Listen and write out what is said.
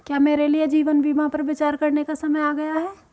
क्या मेरे लिए जीवन बीमा पर विचार करने का समय आ गया है?